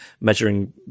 measuring